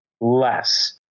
less